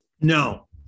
No